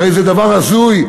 הרי זה דבר הזוי.